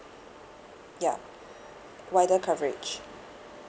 ya wider coverage